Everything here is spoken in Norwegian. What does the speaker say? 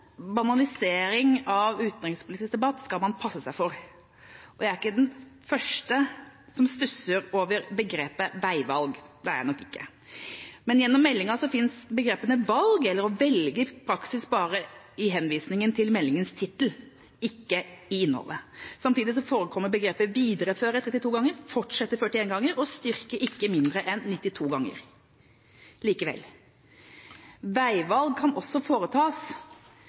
Banalisering av utenrikspolitisk debatt skal man passe seg for, og jeg er nok ikke den første som stusser over begrepet «veivalg». Men gjennom meldinga finnes begrepene «valg» eller «å velge» i praksis bare i henvisningen til meldingas tittel, ikke i innholdet. Samtidig forekommer begrepet «videreføre» 32 ganger, «fortsette» 41 ganger og «styrke» ikke mindre enn 92 ganger. Likevel: Veivalg kan også foretas